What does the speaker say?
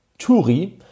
Turi